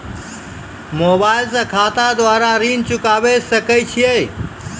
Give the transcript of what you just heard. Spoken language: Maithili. मोबाइल से खाता द्वारा ऋण चुकाबै सकय छियै?